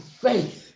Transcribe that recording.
faith